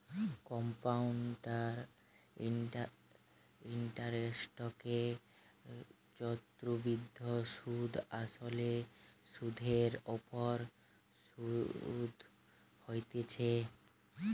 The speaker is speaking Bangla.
কম্পাউন্ড ইন্টারেস্টকে চক্রবৃদ্ধি সুধ আসলে সুধের ওপর শুধ হতিছে